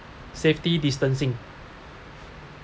safety distancing